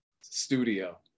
studio